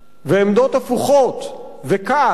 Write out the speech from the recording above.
ועמדות הפוכות וכעס